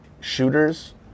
shooters